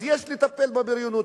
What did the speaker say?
אז יש לטפל בבריונות.